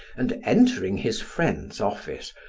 and entering his friend's office,